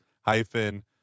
hyphen